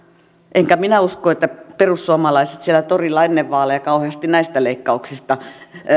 enkä minä usko että perussuomalaiset siellä torilla ennen vaaleja kauheasti näistä leikkauksista